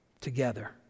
together